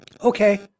okay